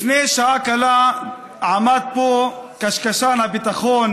לפני שעה קלה עמד פה קשקשן הביטחון